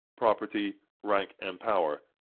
property, rank, and power,